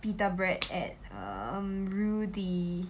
pita bread at um